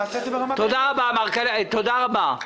תודה רבה.